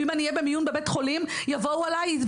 או במיון בבית חולים יבואו אליי,